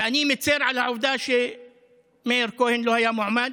ואני מצר על העובדה שמאיר כהן לא היה מועמד,